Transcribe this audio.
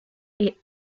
est